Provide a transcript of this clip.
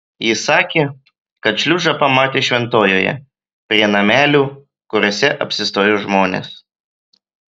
ji sakė kad šliužą pamatė šventojoje prie namelių kuriuose apsistoja žmonės